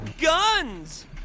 guns